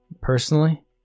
Personally